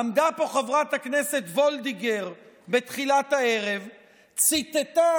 עמדה פה חברת הכנסת וולדיגר בתחילת הערב וציטטה